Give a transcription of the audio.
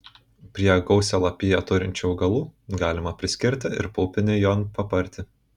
prie gausią lapiją turinčių augalų galima priskirti ir paupinį jonpapartį